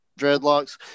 Dreadlocks